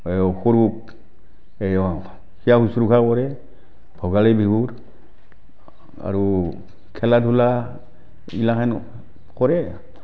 সৰুক সেৱা শুশ্ৰূষা কৰে ভোগালী বিহুত আৰু খেলা ধূলা এইগিলাখান কৰে